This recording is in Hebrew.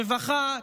רווחה,